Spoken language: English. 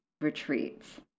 retreats